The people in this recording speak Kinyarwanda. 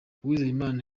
uwizeyimana